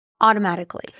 automatically